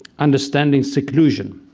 understanding seclusion,